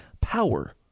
power